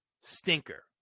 Stinker